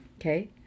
okay